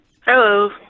Hello